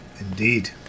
Indeed